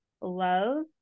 love